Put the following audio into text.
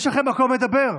יש לכם מקום לדבר.